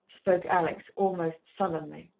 spoke alex, almost sullenly.